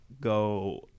go